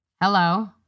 Hello